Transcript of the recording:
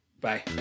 Bye